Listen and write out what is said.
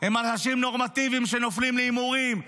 הם אנשים נורמטיביים שנופלים להימורים,